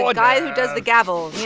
order. guy who does the gavel, you